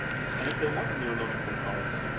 and if there was a neurological cause,